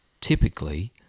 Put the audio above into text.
typically